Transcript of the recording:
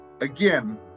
Again